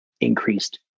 increased